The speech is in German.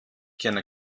kenne